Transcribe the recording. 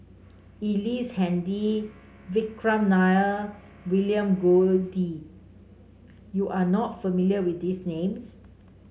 Ellice Handy Vikram Nair William Goode you are not familiar with these names